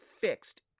fixed